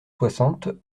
soixante